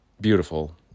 Beautiful